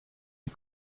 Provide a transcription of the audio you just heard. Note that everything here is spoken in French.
les